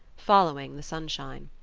following the sunshine.